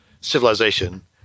civilization